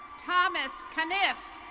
thomas carniff.